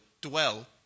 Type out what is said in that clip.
dwell